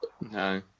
No